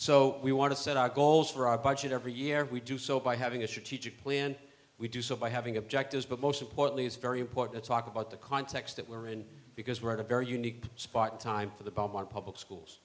so we want to set our goals for our budget every year we do so by having issue teacher plan we do so by having objectives but most importantly it's very important to talk about the context that we're in because we're at a very unique spot in time for the pub our public schools